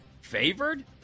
Favored